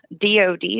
DOD